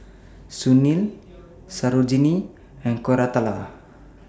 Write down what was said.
Sunil Sarojini and Koratala